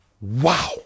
Wow